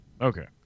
Okay